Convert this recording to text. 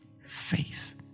faith